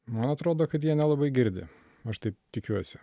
man atrodo kad jie nelabai girdi aš taip tikiuosi